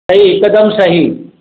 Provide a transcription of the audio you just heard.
सही हिकदमि सही